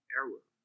error